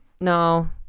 no